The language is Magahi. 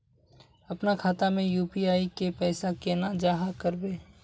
अपना खाता में यू.पी.आई के पैसा केना जाहा करबे?